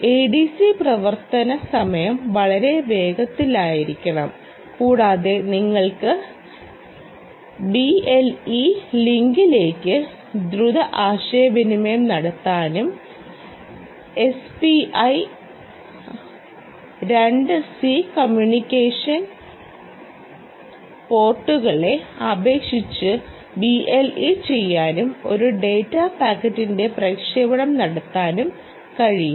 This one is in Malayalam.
എഡിസി പരിവർത്തന സമയം വളരെ വേഗത്തിലായിരിക്കണം കൂടാതെ നിങ്ങൾക്ക് ബിഎൽഇ ലിങ്കിലേക്ക് ദ്രുത ആശയവിനിമയം നടത്താനും എസ്പിഐ ഐ 2 സി കമ്മ്യൂണിക്കേഷൻ പോർട്ടുകളെ അപേക്ഷിച്ച് ബിഎൽഇ ചെയ്യാനും ഒരു ഡാറ്റ പാക്കറ്റിന്റെ പ്രക്ഷേപണം നടത്താനും കഴിയും